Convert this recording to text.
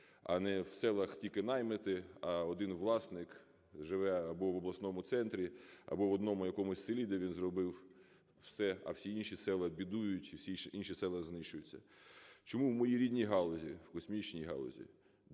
а не в селах тільки наймити, а один власник живе або в обласному центрі, або в одному якомусь селі, де він зробив все, а всі інші села бідують і всі інші села знищуються. Чому у моїй рідній галузі, в космічній галузі,